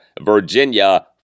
Virginia